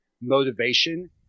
motivation